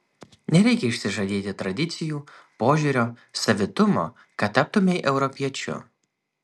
nereikia išsižadėti tradicijų požiūrio savitumo kad taptumei europiečiu